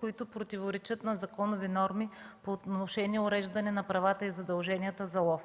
които противоречат на законови норми за уреждане на правата и задълженията за лов.